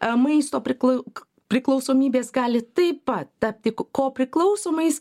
ar maisto priklausomybės gali taip pat tapti ko priklausomais